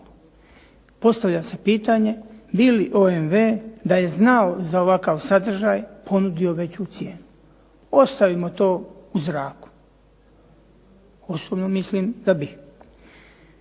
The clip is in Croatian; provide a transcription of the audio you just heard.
Postavlja se pitanje bi li OMW da je znao za ovakav sadržaj ponudio veću cijenu? Ostavimo to u zraku. Osobno mislim da bi.